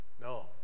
No